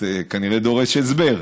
זה כנראה דורש הסבר.